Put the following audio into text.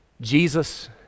Jesus